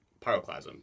Pyroclasm